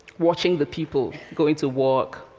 watching the people going to work,